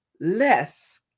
less